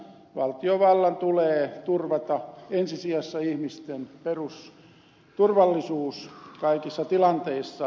valtiovallan tulee turvata ensi sijassa ihmisten perusturvallisuus kaikissa tilanteissa